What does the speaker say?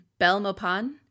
Belmopan